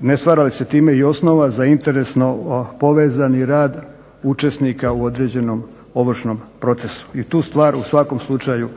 ne stvara li se time i osnova za interesno povezani rad učesnika u određenom ovršnom procesu i tu stvar u svakom slučaju